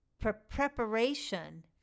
preparation